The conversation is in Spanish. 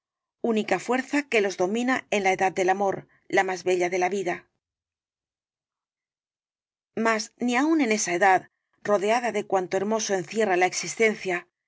única fuerza que los domina en la edad del amor la más bella de la vida mas ni aun en esa edad rodeada de cuanto hermoso encierra la existencia